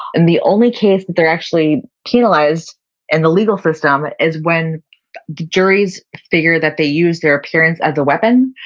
and the only case that they're actually penalized in the legal system is when juries figure that they used their appearance as a weapon,